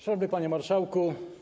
Szanowny Panie Marszałku!